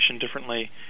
differently